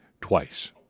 twice